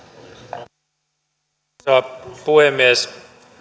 arvoisa puhemies